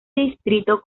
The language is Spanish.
distrito